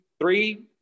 three